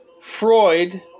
Freud